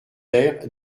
air